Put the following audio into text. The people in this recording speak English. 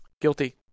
Guilty